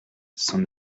son